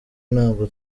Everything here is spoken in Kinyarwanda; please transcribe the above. ntabwo